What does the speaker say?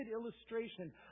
illustration